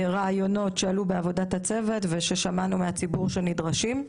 רעיונות שעלו בעבודת הצוות וששמענו מהציבור שהם נדרשים.